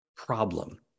Problem